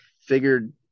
figured